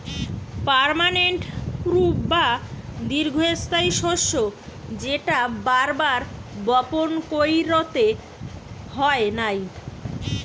permanent crop বা দীর্ঘস্থায়ী শস্য যেটা বার বার বপণ কইরতে হয় নাই